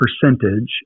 percentage